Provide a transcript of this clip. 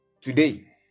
today